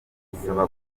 isaba